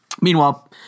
Meanwhile